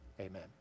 Amen